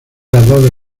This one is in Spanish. adobe